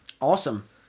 Awesome